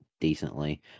decently